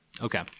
Okay